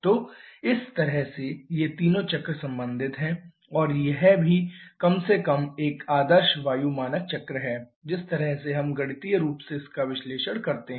तो इस तरह से ये तीनों चक्र संबंधित हैं और यह भी कम से कम एक आदर्श वायु मानक चक्र है जिस तरह से हम गणितीय रूप से इसका विश्लेषण करते हैं